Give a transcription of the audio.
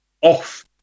off